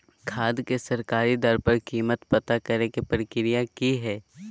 खाद के सरकारी दर पर कीमत पता करे के प्रक्रिया की हय?